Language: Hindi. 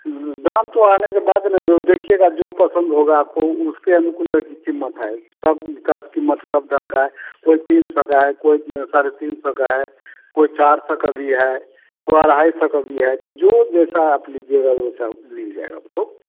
दाम तो आने के बाद ना देखिएगा जो पसंद होगा आपको उसके अनुकूल कीमत है सबका कीमत सब रंग का है कोई तीन सौ का है कोई साढ़े तीन सौ का है कोई चार सौ का भी है कोई अढ़ाई सौ का भी है तो जो जैसा आप लीजिएगा वैसा मिल जाएगा आपको